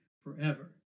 forever